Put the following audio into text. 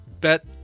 Bet